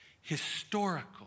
historical